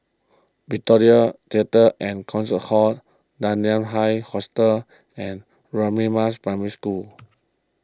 Victoria theatre and Concert Hall Dunman High Hostel and Radin Mas Primary School